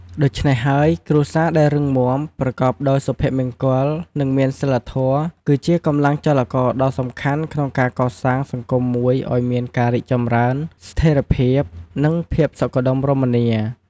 ដូច្នេះហើយ គ្រួសារដែលរឹងមាំ ប្រកបដោយសុភមង្គល និងមានសីលធម៌ គឺជាកម្លាំងចលករដ៏សំខាន់ក្នុងការកសាងសង្គមមួយឲ្យមានការរីកចម្រើន ស្ថេរភាព និងភាពសុខដុមរមនា។